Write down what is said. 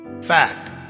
Fact